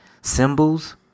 symbols